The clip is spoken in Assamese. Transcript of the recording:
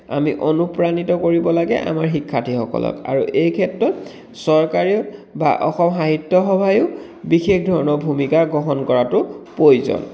আমি অনুপ্ৰাণিত কৰিব লাগে আমাৰ শিক্ষাৰ্থী সকলক আৰু এই ক্ষেত্ৰত চৰকাৰেও বা অসম সাহিত্য সভায়ো বিশেষ ধৰণৰ ভূমিকা গ্ৰহণ কৰাতো প্ৰয়োজন